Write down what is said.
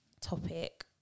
topic